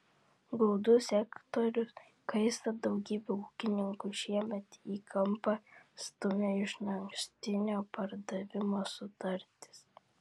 grūdų sektorius kaista daugybę ūkininkų šiemet į kampą stumia išankstinio pardavimo sutartys